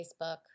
Facebook